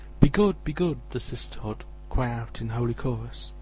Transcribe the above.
be good, be good! the sisterhood cry out in holy chorus,